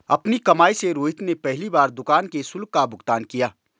अपनी कमाई से रोहित ने पहली बार दुकान के शुल्क का भुगतान किया